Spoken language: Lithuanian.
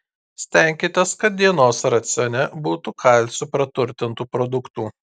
stenkitės kad dienos racione būtų kalciu praturtintų produktų